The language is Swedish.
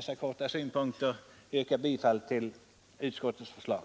framfört dessa synpunkter vill jag således, fru talman, yrka bifall till vad utskottet hemställt.